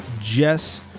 Jess